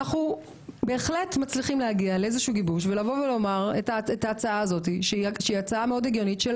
אנחנו בהחלט מצליחים להגיע לאיזשהו גיבוש ולהציע הצעה מאוד הגיונית,